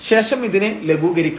ശേഷം ഇതിനെ ലഘൂകരിക്കാം